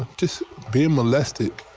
just being molested.